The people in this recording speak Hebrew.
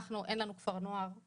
לנו אין כפר נוער.